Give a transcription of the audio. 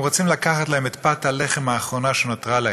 הם רוצים לקחת להם את פת הלחם האחרונה שנותרה להם.